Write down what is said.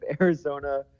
Arizona